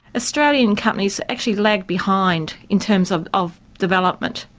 australian companies actually lagged behind in terms of of development,